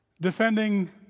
defending